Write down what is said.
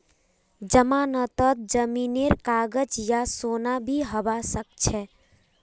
जमानतत जमीनेर कागज या सोना भी हबा सकछे